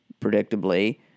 predictably